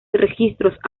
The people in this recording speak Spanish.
registros